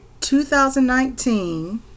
2019